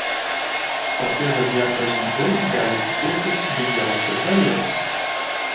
kokie zodiako ženklai gali tikėtis didžiausio derliaus